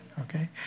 Okay